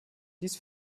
dies